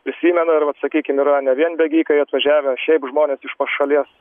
prisimena ir vat sakykim yra ne vien bėgikai atvažiavę šiaip žmonės iš pašalies